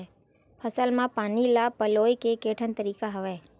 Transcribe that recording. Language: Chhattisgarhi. फसल म पानी पलोय के केठन तरीका हवय?